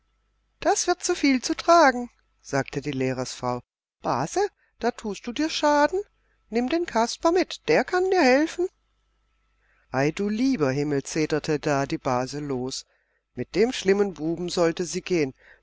das wird zuviel zu tragen sagte die lehrersfrau base da tust du dir schaden nimm den kasper mit der kann dir helfen ei du lieber himmel zeterte da die base los mit dem schlimmen buben sollte sie gehen